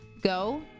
go